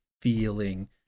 feeling